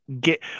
Get